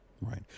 Right